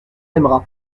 aimera